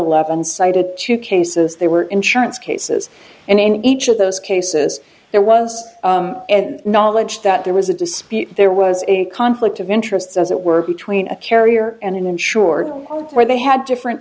eleven cited two cases there were insurance cases and in each of those cases there was knowledge that there was a dispute there was a conflict of interests as it were between a carrier and an insured where they had different